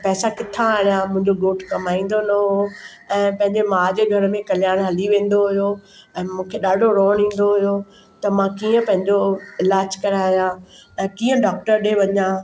ऐं पैसा किथां आणियां मुंहिंजो घोटु कमाईंदो न हो ऐं पंहिंजे माउ जे घर में कल्याण हली वेंदो हुयो ऐं मूंखे ॾाढो रोअणु ईंदो हुयो त मां कीअं पंहिंजो इलाजु करायां ऐं कीअं डॉकटर ॾे वञां